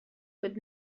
with